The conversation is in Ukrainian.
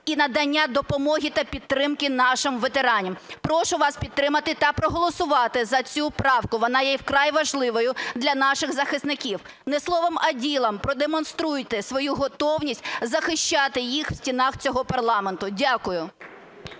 і надання допомоги та підтримки нашим ветеранам. Прошу вас підтримати та проголосувати за цю правку, вона є вкрай важливою для наших захисників. Не словом, а ділом продемонструйте свою готовність захищати їх в стінах цього парламенту. Дякую.